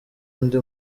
undi